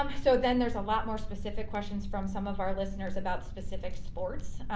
um so then there's a lot more specific questions from some of our listeners about specific sports.